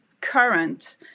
current